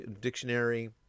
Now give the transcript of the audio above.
dictionary